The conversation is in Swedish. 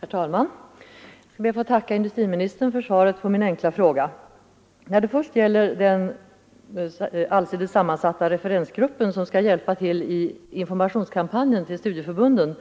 Herr talman! Jag ber att få tacka industriministern för svaret på min enkla fråga. När det gäller den allsidigt sammansatta referensgrupp som skall hjälpa till i informationskampanjen från studieförbunden,